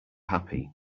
happy